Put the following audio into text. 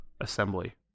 assembly